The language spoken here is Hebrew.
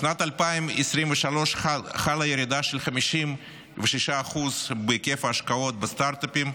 בשנת 2023 חלה ירידה של 56% בהיקף ההשקעות בסטרטאפים,